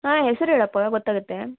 ಹಾಂ ಹೆಸ್ರು ಹೇಳಪ್ಪ ಗೊತ್ತಾಗುತ್ತೆ